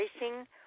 Racing